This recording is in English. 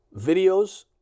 videos